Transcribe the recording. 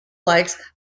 likes